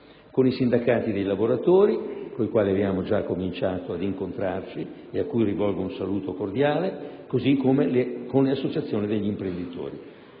con i sindacati dei lavoratori con i quali già abbiamo cominciato ad incontrarci (ed a cui rivolgo un saluto cordiale), così come con le associazioni degli imprenditori.